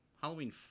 Halloween